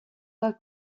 pas